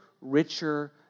richer